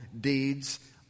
deeds